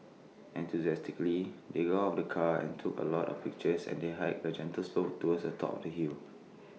enthusiastically they got out of the car and took A lot of pictures and they hiked A gentle slope towards the top of the hill